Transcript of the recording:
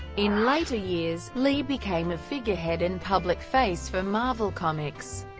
in later years, lee became a figurehead and public face for marvel comics.